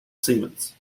siemens